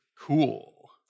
cool